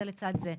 זה לצד זה.